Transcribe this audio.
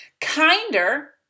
kinder